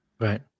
Right